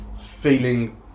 feeling